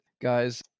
guys